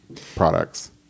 products